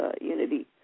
Unity